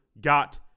got